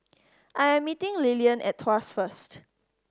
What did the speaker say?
I am meeting Lillian at Tuas first